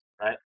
right